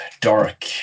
dark